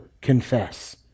confess